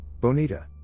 Bonita